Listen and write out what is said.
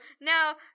now